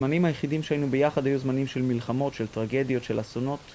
הזמנים היחידים שהיינו ביחד היו זמנים של מלחמות, של טרגדיות, של אסונות